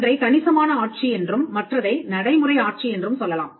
ஒன்றை கணிசமான ஆட்சி என்றும் மற்றதை நடைமுறை ஆட்சி என்றும் சொல்லலாம்